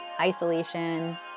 isolation